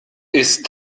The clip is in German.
ist